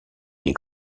des